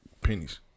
pennies